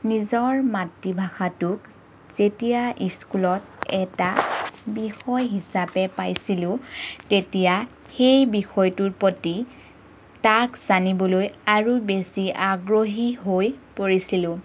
নিজৰ মাতৃভাষাটোক যেতিয়া স্কুলত এটা বিষয় হিচাপে পাইছিলোঁ তেতিয়া সেই বিষয়টোৰ প্ৰতি তাক জানিবলৈ আৰু বেছি আগ্ৰহী হৈ পৰিছিলোঁ